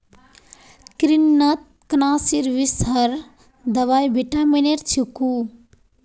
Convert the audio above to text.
कृन्तकनाशीर विषहर दवाई विटामिनेर छिको